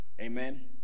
amen